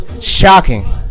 shocking